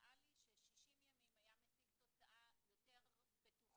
נראה לי ש-60 ימים זה היה משיג תוצאה יותר בטוחה.